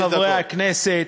חברי חברי הכנסת,